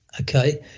okay